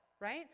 right